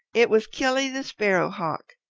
it was killy the sparrow hawk.